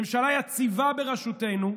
ממשלה יציבה בראשותנו,